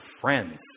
friends